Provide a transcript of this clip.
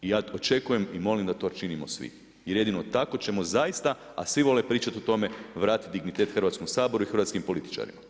I ja očekujem i molim da to činimo svi jer jedino tako ćemo zaista, a svi vole pričati o tome vratiti dignitet Hrvatskom saboru i hrvatskim političarima.